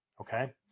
Okay